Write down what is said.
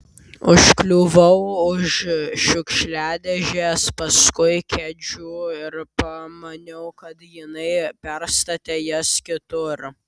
užkliuvau už šiukšliadėžės paskui kėdžių ir pamaniau kad jinai perstatė jas kitur